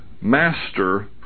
master